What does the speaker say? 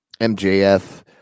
MJF